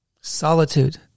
Solitude